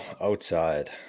outside